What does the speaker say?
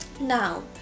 Now